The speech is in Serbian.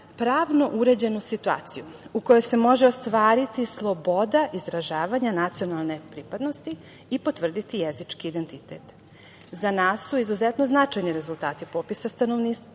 pravno uređenu situaciju u kojoj se može ostvariti sloboda izražavanja nacionalne pripadnosti i potvrditi jezički identitet.Za nas su izuzetno značajni rezultati popisa stanovništva,